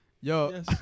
yo